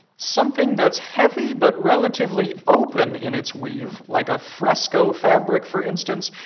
something that's heavy but relatively open in its weave like a fresco fabric, for instance,